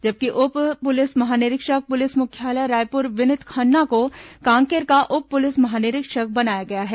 जबकि उप पुलिस महानिरीक्षक पुलिस मुख्यालय रायपुर विनीत खन्ना को कांकेर का उप पुलिस महानिरीक्षक बनाया गया है